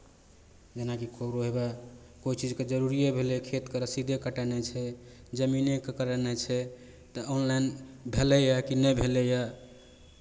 जेनाकि ककरो हेवए कोइ चीजके जरूरिए भेलै खेतके रसीदे कटेनाइ छै जमीनेके करेनाइ छै तऽ ऑनलाइन भेलैए कि नहि भेलैए